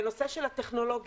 בנושא של הטכנולוגיות,